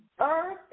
Earth